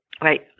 right